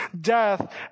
death